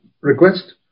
request